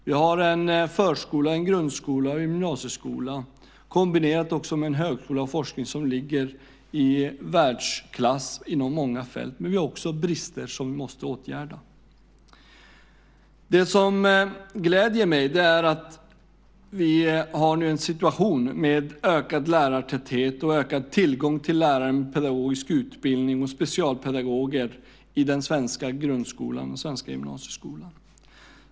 Vi har en förskola, en grundskola och en gymnasieskola, kombinerat med en högskola och forskning, som ligger i världsklass inom många fält, men vi har också brister som vi måste åtgärda. Det som gläder mig är att vi nu har en situation med ökad lärartäthet och ökad tillgång till lärare med pedagogisk utbildning och specialpedagoger i den svenska grundskolan och gymnasieskolan.